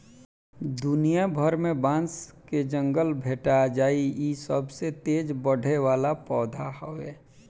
दुनिया भर में बांस के जंगल भेटा जाइ इ सबसे तेज बढ़े वाला पौधा हवे